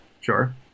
sure